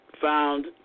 found